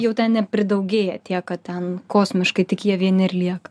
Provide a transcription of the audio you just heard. jau ten nepridaugėja tiek kad ten kosmiškai tik jie vieni ir lieka